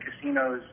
casinos